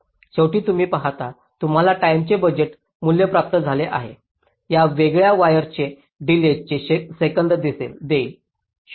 शेवटी तुम्ही पाहता तुम्हाला टाईमचे बजेट मूल्य प्राप्त झाले आहे जे या वेगवेगळ्या वायर्सचे डिलेज चे संकेत देईल